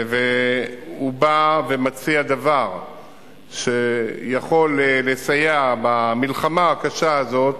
והוא בא ומציע דבר שיכול לסייע במלחמה הקשה הזאת,